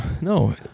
no